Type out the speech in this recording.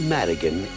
Madigan